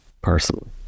personally